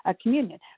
communion